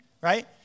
right